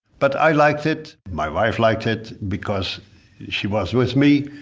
but i liked it, my wife liked it, because she was with me.